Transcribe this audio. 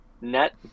net